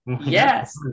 Yes